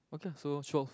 okay ah so show off